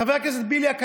חבר הכנסת בליאק,